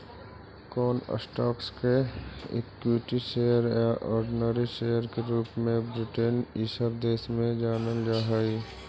कौन स्टॉक्स के equity share या ऑर्डिनरी शेयर के रूप में ब्रिटेन इ सब देश में जानल जा हई